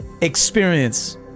experience